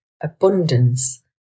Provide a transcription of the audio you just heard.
abundance